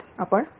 आपण भेटू